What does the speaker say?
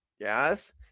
Yes